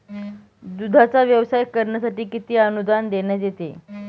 दूधाचा व्यवसाय करण्यासाठी किती अनुदान देण्यात येते?